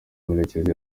murekezi